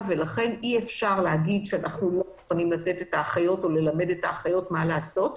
אי-אפשר להגיד שאנחנו לא מוכנים לתת אחיות או ללמד אותן מה לעשות.